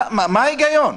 מה ההיגיון?